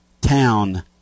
town